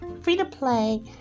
free-to-play